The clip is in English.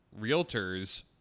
realtors